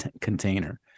container